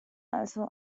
also